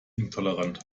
intolerant